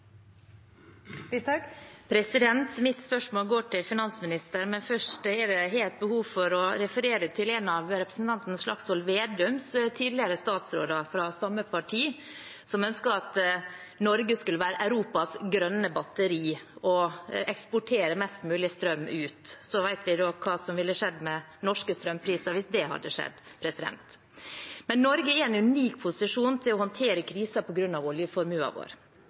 Slagsvold Vedums tidligere statsråder fra samme parti, som ønsket at Norge skulle være Europas grønne batteri og eksportere mest mulig strøm. Vi vet hva som ville skjedd med norske strømpriser hvis det hadde skjedd. Norge er i en unik posisjon til å håndtere krisen på grunn av oljeformuen vår.